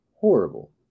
horrible